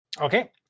okay